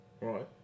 Right